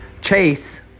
chase